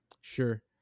Sure